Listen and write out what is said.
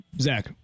Zach